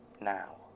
Now